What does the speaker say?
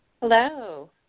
Hello